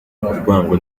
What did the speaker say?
urwango